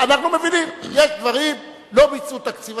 אנחנו מבינים, יש דברים, לא ביצעו תקציב.